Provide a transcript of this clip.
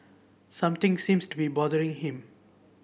something seems to be bothering him